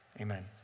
amen